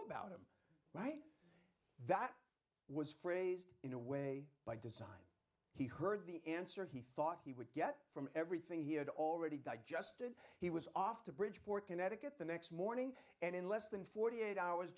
about him right that was phrased in a way by design he heard the answer he thought he would get from everything he had already digested he was off to bridgeport connecticut the next morning and in less than forty eight hours